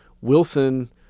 Wilson